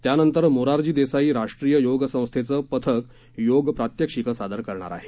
त्यानंतर मोरारजी देसाई राष्ट्रीय योग संस्थेचं पथक योग प्रात्यक्षिकं सादर करणार आहे